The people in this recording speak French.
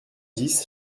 dix